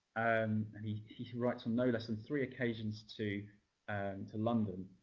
um and he he writes on no less than three occasions to to london,